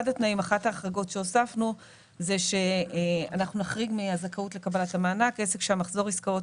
אחת ההחרגות שהוספנו היא שנחריג מהזכאות לקבלת המענק עסק שמחזור העסקאות